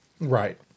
Right